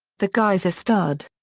the guy's a stud.